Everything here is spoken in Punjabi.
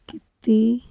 ਕੀਤੀ